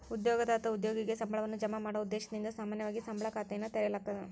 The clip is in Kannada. ಉದ್ಯೋಗದಾತ ಉದ್ಯೋಗಿಗೆ ಸಂಬಳವನ್ನ ಜಮಾ ಮಾಡೊ ಉದ್ದೇಶದಿಂದ ಸಾಮಾನ್ಯವಾಗಿ ಸಂಬಳ ಖಾತೆಯನ್ನ ತೆರೆಯಲಾಗ್ತದ